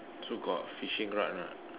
so got fishing rod or not